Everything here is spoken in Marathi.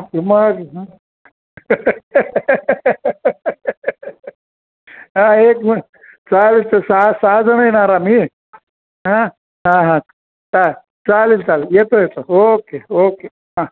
क मग हा एक मी चालेल तर सहा सहा जण येणार आम्ही हा हा हा हा चालेल चालेल येतो येतो ओके ओके हा